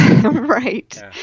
Right